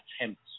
attempts